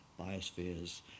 biospheres